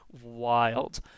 Wild